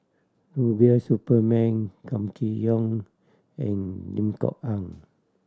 Rubiah Suparman Kam Kee Yong and Lim Kok Ann